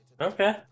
Okay